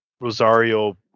Rosario